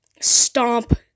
stomp